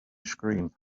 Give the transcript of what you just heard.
scream